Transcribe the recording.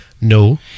No